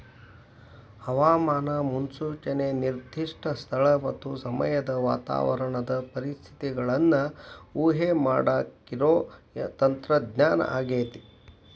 ಹವಾಮಾನ ಮುನ್ಸೂಚನೆ ನಿರ್ದಿಷ್ಟ ಸ್ಥಳ ಮತ್ತ ಸಮಯದ ವಾತಾವರಣದ ಪರಿಸ್ಥಿತಿಗಳನ್ನ ಊಹೆಮಾಡಾಕಿರೋ ತಂತ್ರಜ್ಞಾನ ಆಗೇತಿ